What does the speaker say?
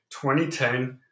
2010